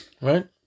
Right